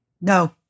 No